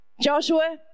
Joshua